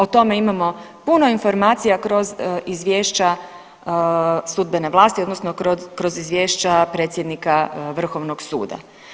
O tome imamo puno informacija kroz izvješća sudbene vlasti odnosno kroz izvješća predsjednika vrhovnog suda.